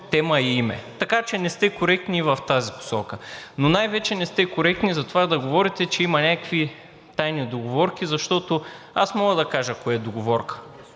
тема и име. Така че не сте коректни в тази посока. Но най-вече не сте коректни да говорите за това, че има някакви тайни договорки, защото… Аз мога да кажа кое е договорка